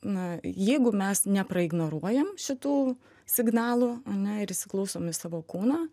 na jeigu mes nepraignoruojam šitų signalų ane ir įsiklausom į savo kūną